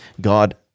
God